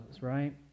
right